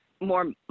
more